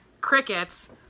crickets